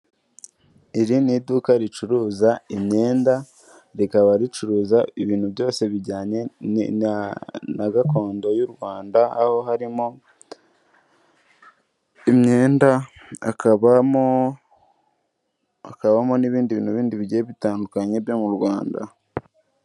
Iri ni iduka ricuruza imyenda, rikaba ricuruza ibintu byose bijyanye na gakondo y'u Rwanda, aho harimo imyenda, hakabamo n'ibindi bintu bindi bigiye bitandukanye byo mu Rwanda